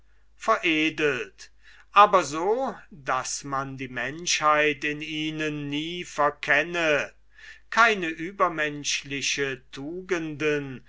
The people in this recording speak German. veredelt aber so daß man die menschheit in ihnen nie verkenne keine übermenschliche tugenden